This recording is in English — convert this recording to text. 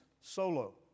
solo